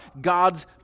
God's